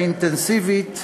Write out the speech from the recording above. האינטנסיבית,